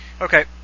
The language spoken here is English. Okay